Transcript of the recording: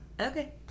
Okay